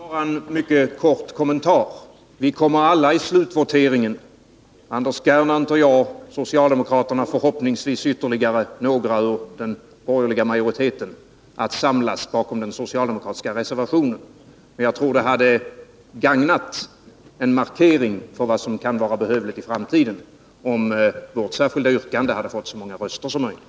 Herr talman! Bara en mycket kort kommentar. Vi kommer alla, Anders Gernandt, att i slutvoteringen samlas bakom den socialdemokratiska reservationen. Förhoppningsvis får denna reservation stöd av ytterligare några från den borgerliga majoriteten. Jag tror dock att det hade gagnat en markering av vad som kan vara behövligt för framtiden, om vårt särskilda yrkande hade fått så många röster som möjligt.